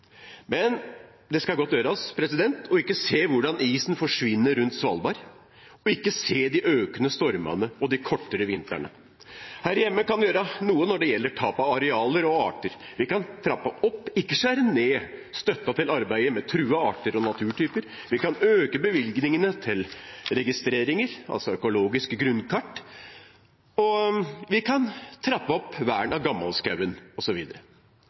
Men det skal godt gjøres ikke å se hvordan isen forsvinner rundt Svalbard, og ikke se det økende antallet stormer og de kortere vintrene. Her hjemme kan en gjøre noe når det gjelder tap av arealer og arter. Vi kan trappe opp – ikke skjære ned på – støtten til arbeidet med truede arter og naturtyper. Vi kan øke bevilgningene til registreringer, altså til økologiske grunnkart. Vi kan trappe opp vernet av